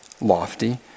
lofty